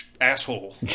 asshole